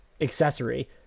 accessory